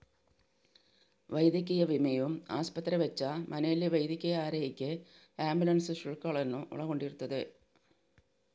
ವೈದ್ಯಕೀಯ ವಿಮೆಯು ಆಸ್ಪತ್ರೆ ವೆಚ್ಚ, ಮನೆಯಲ್ಲಿ ವೈದ್ಯಕೀಯ ಆರೈಕೆ ಆಂಬ್ಯುಲೆನ್ಸ್ ಶುಲ್ಕಗಳನ್ನು ಒಳಗೊಂಡಿರುತ್ತದೆ